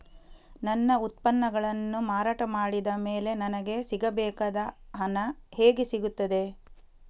ನನ್ನ ಉತ್ಪನ್ನಗಳನ್ನು ಮಾರಾಟ ಮಾಡಿದ ಮೇಲೆ ನನಗೆ ಸಿಗಬೇಕಾದ ಹಣ ಹೇಗೆ ಸಿಗುತ್ತದೆ?